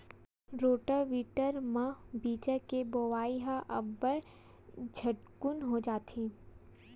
rotavator म बीजा के बोवई ह अब्बड़ झटकुन हो जाथे